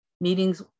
meetings